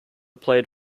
played